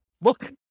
look